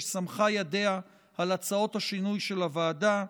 שסמכה ידיה על הצעות השינוי של הוועדה,